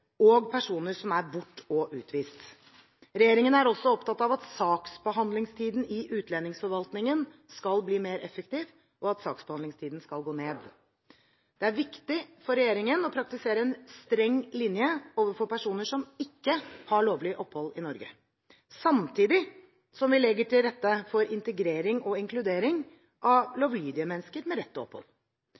og personer som er bort- og utviste. Regjeringen er også opptatt av at saksbehandlingstiden i utlendingsforvaltningen skal bli mer effektiv, og at saksbehandlingstiden skal gå ned. Det er viktig for regjeringen å praktisere en streng linje overfor personer som ikke har lovlig opphold i Norge, samtidig som vi legger til rette for integrering og inkludering av lovlydige mennesker med rett til opphold.